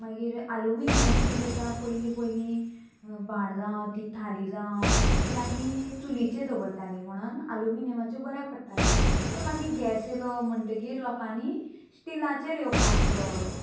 मागीर एलुमिनियमाची किदें जाता पयलीं पयलीं बाण जावं ती थाली जावं ती आमी चुलीचेर दवरताली म्हणोन आलुमिनियमाच्यो बऱ्या पडटाल्यो पूण मागीर गॅस येयलो म्हणटगीर लोकांनी स्टिलाचेर येवपाक